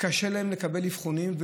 קשה להם לקבל אבחונים.